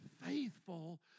faithful